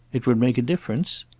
it would make a difference?